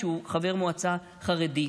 שהוא חבר מועצה חרדי.